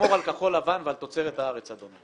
לשמור על כחול-לבן ועל תוצרת הארץ, אדוני.